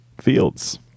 Fields